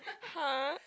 !huh!